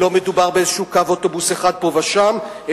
לא מדובר באיזה קו אוטובוס אחד פה ושם,